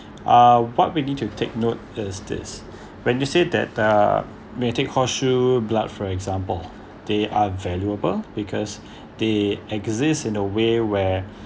uh what we need to take note is this when we say that uh may take horseshoe blood for example they are valuable because they exist in a way where